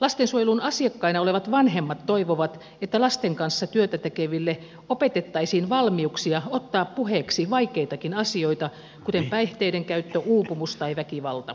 lastensuojelun asiakkaina olevat vanhemmat toivovat että lasten kanssa työtä tekeville opetettaisiin valmiuksia ottaa puheeksi vaikeitakin asioita kuten päihteiden käyttö uupumus tai väkivalta